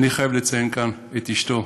אני חייב לציין כאן את אשתו,